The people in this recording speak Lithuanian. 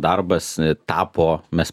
darbas tapo mes